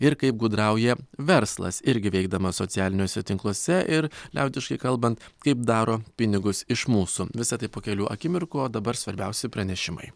ir kaip gudrauja verslas irgi veikdamas socialiniuose tinkluose ir liaudiškai kalbant kaip daro pinigus iš mūsų visa tai po kelių akimirkų o dabar svarbiausi pranešimai